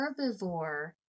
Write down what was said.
herbivore